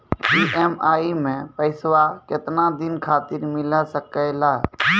EMI मैं पैसवा केतना दिन खातिर मिल सके ला?